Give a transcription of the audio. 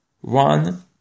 one